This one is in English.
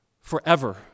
forever